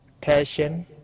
passion